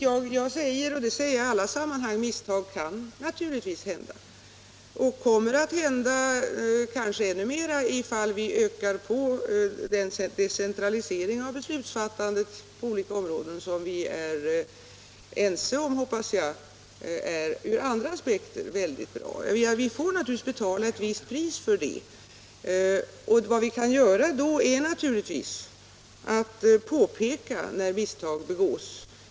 Jag säger — och det säger jag i alla sammanhang — att misstag naturligtvis kan begås och kommer att begås i ännu större utsträckning om vi ökar decentraliseringen av beslutsfattandet på olika områden, vilket vi från andra aspekter är ense om, hoppas jag, är bra. Vi får naturligtvis betala ett visst pris för det. Vad vi kan göra då är att påpeka när misstag begås.